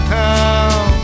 town